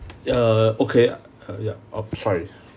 err okay uh yup oh sorry